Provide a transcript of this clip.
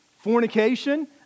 fornication